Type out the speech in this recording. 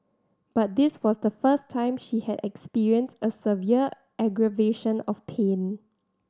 but this was the first time she had experienced a severe aggravation of pain